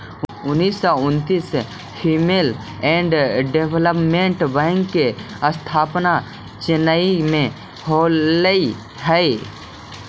उन्नीस सौ उन्नितिस फीमेल एंड डेवलपमेंट बैंक के स्थापना चेन्नई में होलइ हल